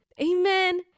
Amen